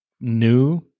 new